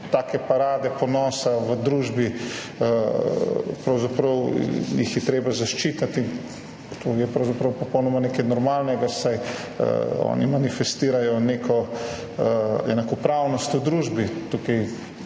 take parade ponosa v družbi, pravzaprav jih je treba zaščititi, to je pravzaprav popolnoma nekaj normalnega, saj oni manifestirajo neko enakopravnost v družbi. Tukaj